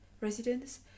residents